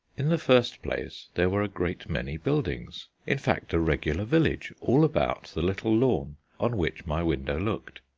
in the first place there were a great many buildings, in fact a regular village, all about the little lawn on which my window looked.